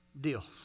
deal